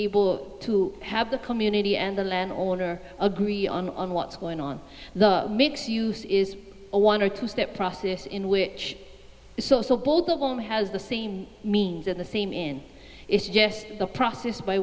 able to have the community and the land all or agree on on what's going on the mix use is a one or two step process in which both of them has the same means at the same in is just the process by